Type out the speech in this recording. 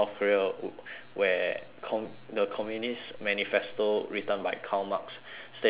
where com~ the communist manifesto written by karl marx stated that